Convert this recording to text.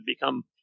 become